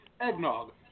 eggnog